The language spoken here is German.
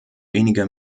wenige